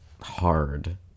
hard